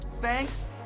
Thanks